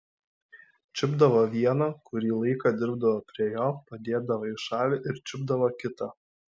čiupdavo vieną kurį laiką dirbdavo prie jo padėdavo į šalį ir čiupdavo kitą